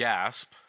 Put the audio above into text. Gasp